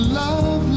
love